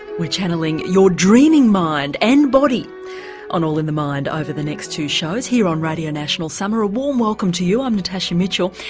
we are channelling your dreaming mind and body on all in the mind over the next two shows here on radio national summer. a warm welcome to you, i'm natasha mitchell.